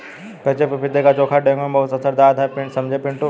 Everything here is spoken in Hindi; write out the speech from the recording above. कच्चे पपीते का चोखा डेंगू में बहुत असरदार है समझे पिंटू